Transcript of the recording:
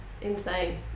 Insane